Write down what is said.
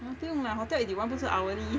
不用 lah hotel eighty one 不是 hourly